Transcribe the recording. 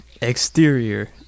Exterior